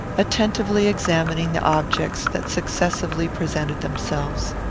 attentively examining the objects that successively presented themselves.